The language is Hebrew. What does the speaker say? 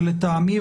ולטעמי,